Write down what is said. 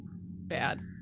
bad